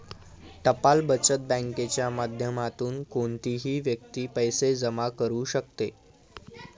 टपाल बचत बँकेच्या माध्यमातून कोणतीही व्यक्ती पैसे जमा करू शकते